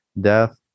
death